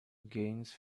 gaines